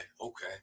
Okay